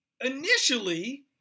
initially